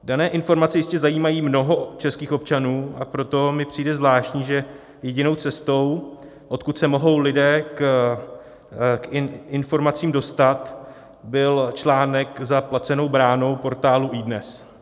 Dané informace jistě zajímají mnoho českých občanů, a proto mi přijde zvláštní, že jedinou cestou, odkud se mohou lidé k informacím dostat, byl článek za placenou bránou portálu iDNES.